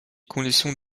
conditions